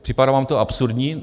Připadá vám to absurdní?